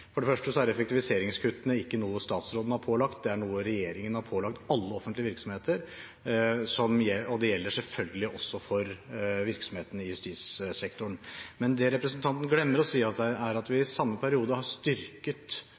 For det første er effektiviseringskuttene ikke noe statsråden har pålagt, det er noe regjeringen har pålagt alle offentlige virksomheter, og det gjelder selvfølgelig også for virksomhetene i justissektoren. Det representanten glemmer å si, er at vi i samme periode har styrket